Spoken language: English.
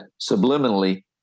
subliminally